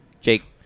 Jake